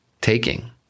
taking